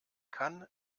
kann